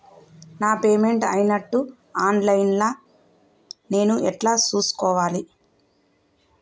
నా పేమెంట్ అయినట్టు online లా నేను ఎట్ల చూస్కోవాలే?